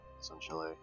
essentially